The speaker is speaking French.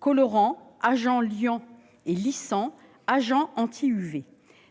colorants, les agents liants et lissants, ou les agents anti-UV.